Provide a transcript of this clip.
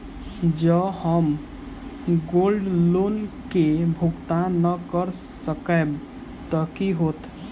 जँ हम gold loan केँ भुगतान न करऽ सकबै तऽ की होत?